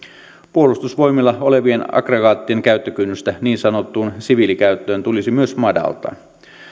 puolustusvoimilla olevien aggregaattien käyttökynnystä niin sanottuun siviilikäyttöön tulisi myös madaltaa